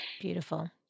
Beautiful